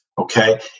Okay